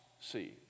see